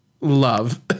love